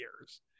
years